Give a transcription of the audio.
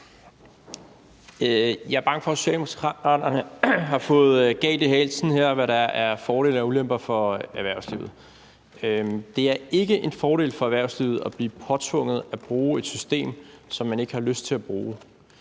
Jeg er bange for, at Socialdemokraterne har fået, hvad der er fordele og ulemper for erhvervslivet, galt i halsen. Det er ikke en fordel for erhvervslivet at blive påtvunget at bruge et system, som man ikke har lyst til at bruge.